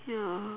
ya